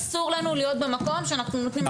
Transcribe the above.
אסור לנו להיות במקום שאנחנו נותנים לו